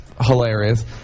hilarious